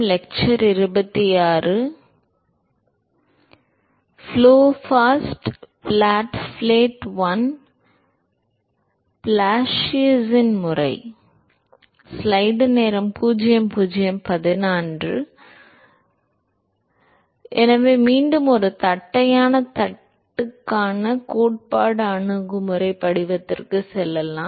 flow past flat plate I பிளாசியஸின் முறை எனவே மீண்டும் ஒரு தட்டையான தட்டுக்கான கோட்பாட்டு அணுகுமுறை படிவத்திற்கு செல்லலாம்